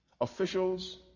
officials